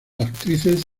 actrices